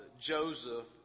Joseph